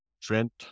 Trent